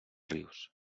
rius